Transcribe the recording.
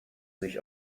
sich